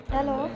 Hello